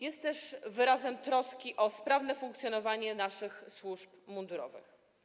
Jest też wyrazem troski o sprawne funkcjonowanie naszych służb mundurowych.